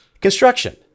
Construction